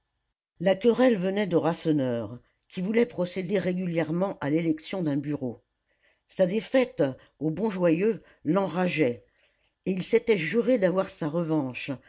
la querelle venait de rasseneur qui voulait procéder régulièrement à l'élection d'un bureau sa défaite au bon joyeux l'enrageait et il s'était juré d'avoir sa revanche